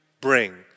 bring